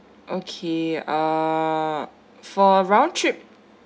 okay uh for round trip